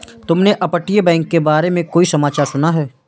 तुमने अपतटीय बैंक के बारे में कोई समाचार सुना है?